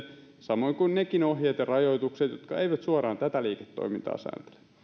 samoin kuin nekin ohjeet ja rajoitukset jotka eivät suoraan tätä liiketoimintaa sääntele